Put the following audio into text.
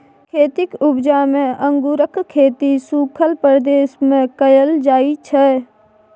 खेतीक उपजा मे अंगुरक खेती सुखल प्रदेश मे कएल जाइ छै